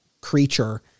creature